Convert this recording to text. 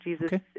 Jesus